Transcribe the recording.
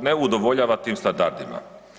ne udovoljava tim standardima.